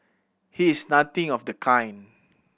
he is nothing of the kind